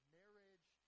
marriage